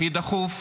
הכי דחוף,